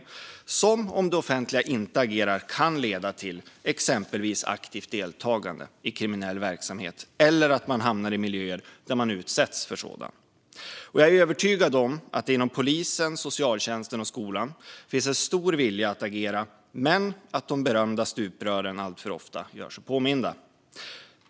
Det är problem som, om det offentliga inte agerar, exempelvis kan leda till aktivt deltagande i kriminell verksamhet eller till att man hamnar i miljöer där man utsätts för sådan. Jag är övertygad om att det inom polisen, socialtjänsten och skolan finns en stor vilja att agera, men de berömda stuprören gör sig alltför ofta påminda.